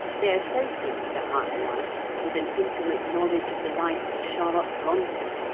they associate the higher life with an intimate knowledge of the life of charlotte bronte,